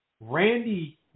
Randy